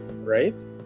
right